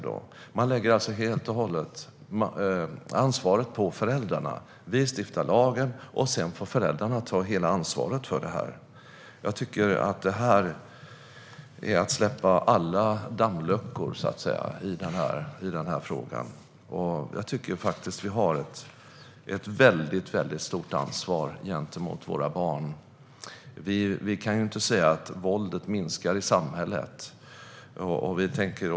Ansvaret läggs helt och hållet på föräldrarna. Riksdagen stiftar lagen, och sedan får föräldrarna ta hela ansvaret. Det här är att öppna alla dammluckor i frågan. Jag tycker att vi har ett stort ansvar gentemot barnen. Vi kan inte säga att våldet minskar i samhället.